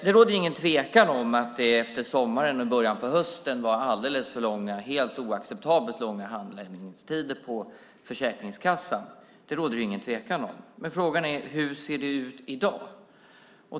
Det råder ingen tvekan om att det efter sommaren och i början av hösten var alldeles för långa, helt oacceptabelt långa, handläggningstider på Försäkringskassan. Det råder det ingen tvekan om. Men frågan är: Hur ser det ut i dag?